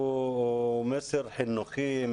הוא מסר חינוכי,